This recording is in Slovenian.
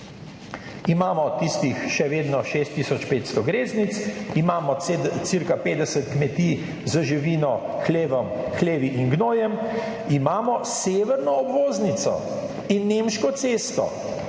Imamo tistih še vedno 6 tisoč 500 greznic, imamo ca 50 kmetij z živino, hlevi in gnojem, imamo severno obvoznico in Nemško cesto.